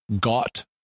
Got